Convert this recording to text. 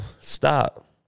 stop